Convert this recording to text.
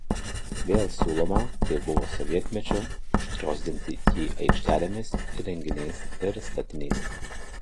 vėl siūloma kaip buvo sovietmečiu užgriozdinti jį aikštelėmis įrenginiais ir statiniais